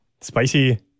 Spicy